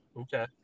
Okay